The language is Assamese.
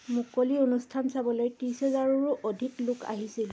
মুকলি অনুষ্ঠান চাবলৈ ত্ৰিছ হেজাৰৰো অধিক লোক আহিছিল